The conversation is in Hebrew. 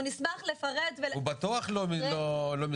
אנחנו מוכנים לקלוט אותם להיות חשמלאים ומתקיני מיזוג אוויר בשכר